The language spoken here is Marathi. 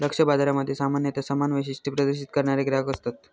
लक्ष्य बाजारामध्ये सामान्यता समान वैशिष्ट्ये प्रदर्शित करणारे ग्राहक असतत